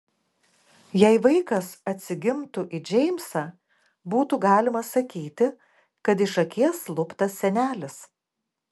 jei vaikas atsigimtų į džeimsą būtų galima sakyti kad iš akies luptas senelis